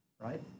right